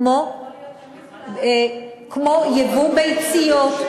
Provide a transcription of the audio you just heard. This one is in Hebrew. כמו ייבוא ביציות,